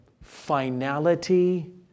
finality